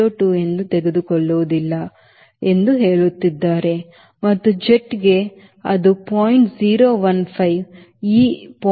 02 ಎಂದು ತೆಗೆದುಕೊಳ್ಳುವುದಿಲ್ಲ ಎಂದು ಹೇಳುತ್ತಿದ್ದಾರೆ ಮತ್ತು ಜೆಟ್ಗೆ ಅದು 0